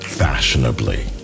Fashionably